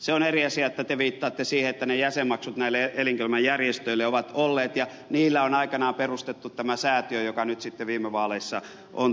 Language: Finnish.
se on eri asia että te viittaatte siihen että ne jäsenmaksut näille elinkeinoelämän järjestöille ovat olleet ja niillä on aikanaan perustettu tämä säätiö joka nyt sitten viime vaaleissa on tukenut